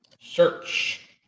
search